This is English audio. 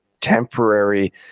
temporary